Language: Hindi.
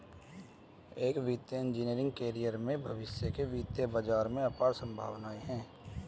एक वित्तीय इंजीनियरिंग कैरियर में भविष्य के वित्तीय बाजार में अपार संभावनाएं हैं